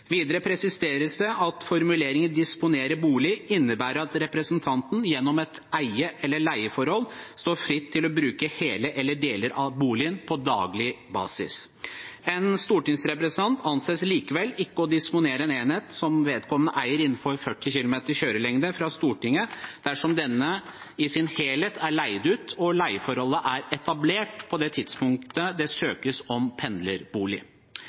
Videre presiseres det at formuleringen «disponere bolig» innebærer «at representanten gjennom et eie- eller leieforhold står fritt til å bruke hele eller deler av en bolig på daglig basis». Videre står det: «En representant anses likevel ikke å disponere en enhet som vedkommende eier innenfor 40 km kjørelengde fra Stortinget dersom denne i sin helhet er leid ut. Leieforholdet må være etablert på det tidspunktet det søkes om pendlerbolig.»